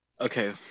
Okay